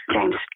James